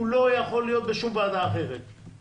הוא לא יכול להיות בשום ועדה אחרת,